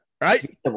right